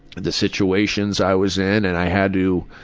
the situations i was in, and i had to,